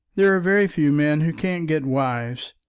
there are very few men who can't get wives,